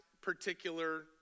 particular